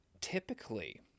typically